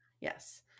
Yes